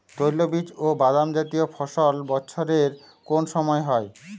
তৈলবীজ ও বাদামজাতীয় ফসল বছরের কোন সময় হয়?